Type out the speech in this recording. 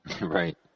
Right